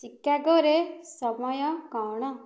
ଚିକାଗୋରେ ସମୟ କ'ଣ